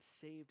saved